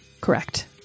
Correct